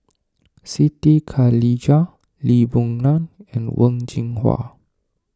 Siti Khalijah Lee Boon Ngan and Wen Jinhua